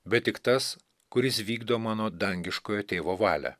bet tik tas kuris vykdo mano dangiškojo tėvo valią